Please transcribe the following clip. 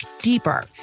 deeper